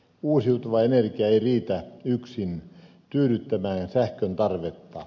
uusiutuva energia ei riitä yksin tyydyttämään sähköntarvetta